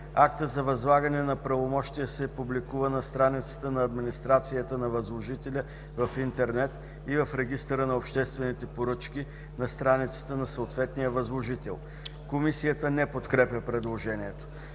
„Актът за възлагането на правомощия се публикува на страницата на администрацията на възложителя в интернет и в регистъра на обществените поръчки на страницата на съответния възложител.” Комисията не подкрепя предложението.